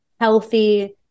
Healthy